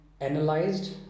analyzed